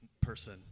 person